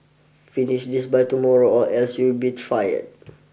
finish this by tomorrow or else you'll be fired